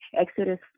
Exodus